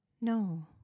No